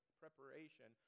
preparation